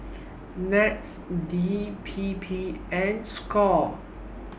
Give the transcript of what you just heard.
Nets D P P and SCORE